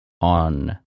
on